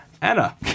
Anna